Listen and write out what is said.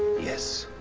yes.